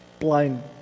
blind